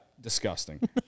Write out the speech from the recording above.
disgusting